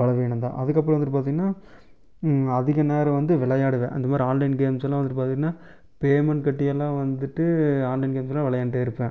பலவீனம் தான் அதற்கப்பறம் வந்துவிட்டு பார்த்தீங்கன்னா அதிக நேரம் வந்து விளையாடுவேன் அந்த மாரி ஆன்லைன் கேம்ஸ்ஸெல்லாம் வந்துவிட்டு பார்த்தீங்கன்னா பேமெண்ட் கட்டியெல்லாம் வந்துவிட்டு ஆன்லைன் கேம்ஸ்ஸெல்லாம் விளையாண்ட்டே இருப்பேன்